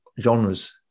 genres